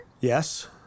yes